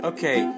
Okay